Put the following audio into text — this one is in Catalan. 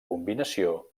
combinació